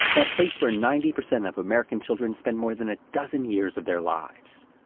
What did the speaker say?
that place where ninety percent of american children spend more than a dozen years of their lives.